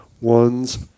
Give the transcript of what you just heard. ones –